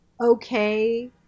okay